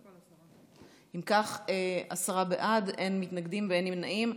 אם כך, עשרה בעד, אין מתנגדים ואין נמנעים.